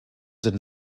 did